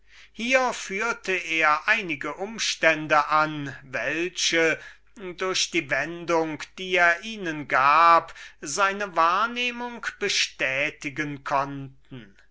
hier führte er einige umstände an welche durch die wendung die er ihnen gab seine wahrnehmung bestätigen konnten